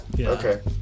Okay